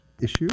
issue